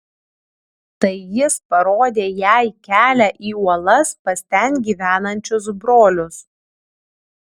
tai jis parodė jai kelią į uolas pas ten gyvenančius brolius